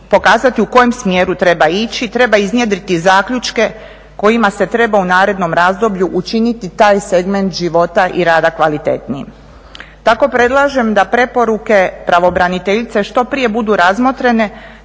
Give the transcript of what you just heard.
pokazati u kojem smjeru treba ići. Treba iznjedriti zaključke kojima se treba u narednom razdoblju učiniti taj segment života i rada kvalitetnijim. Tako predlažem da preporuke pravobraniteljice što prije budu razmotrene